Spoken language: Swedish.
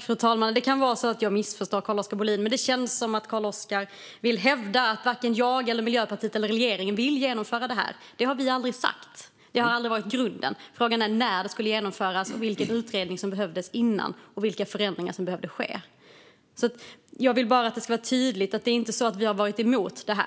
Fru talman! Det kan vara så att jag missförstår Carl-Oskar Bohlin, men det känns som att han vill hävda att varken jag, Miljöpartiet eller regeringen vill genomföra detta. Det har vi aldrig sagt; det har aldrig varit grunden. Frågan var när det skulle genomföras, vilken utredning som behövdes dessförinnan och vilka förändringar som behövde ske. Jag vill bara att det ska vara tydligt att vi inte har varit emot detta.